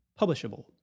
publishable